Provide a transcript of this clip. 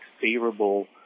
favorable